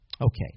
Okay